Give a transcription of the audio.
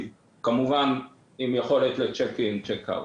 עם יכולת לצ'ק אין וצ'ק אאוט.